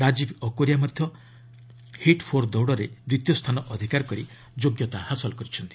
ରାଜୀବ୍ ଅରୋକିଆ ମଧ୍ୟ heat four ଦୌଡ଼ରେ ଦ୍ୱିତୀୟ ସ୍ଥାନ ଅଧିକାର କରି ଯୋଗ୍ୟତା ହାସଲ କରିଛନ୍ତି